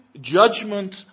judgment